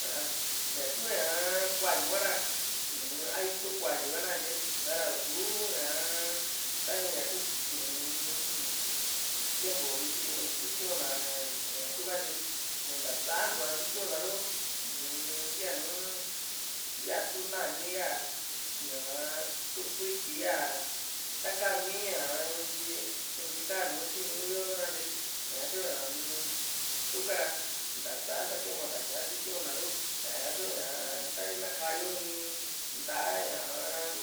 aja ña kuu ña kuáyu ka ra a itu´n kuáyu na katye ni sa´ra i´su ñaa tani ña ku tiempu viti sitiuna ña tu´ka tyi ntasantua sitiuna ru uu-m ya nùù yaa tu nani ya ñaa tu kuiti ya ta´ka mii ña ntyi ntyi kaa nùù siniñú yo ru na katye ni ñatyu ñaa tuka ra ntasa nta timpu nta sá sitiuna ru tañaa tyu ña ta na kaa yo in nta´a ñaa